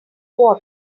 water